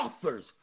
authors